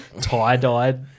tie-dyed